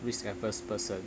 risk adverse person